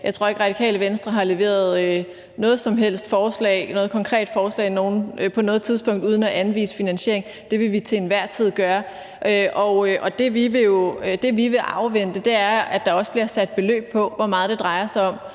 Jeg tror ikke, Radikale Venstre har leveret noget konkret forslag på noget tidspunkt uden at anvise en finansiering. Det vil vi til enhver tid gøre, og det, vi vil afvente, er også, at der bliver sat beløb på, hvor meget det drejer sig om.